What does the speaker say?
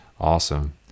Awesome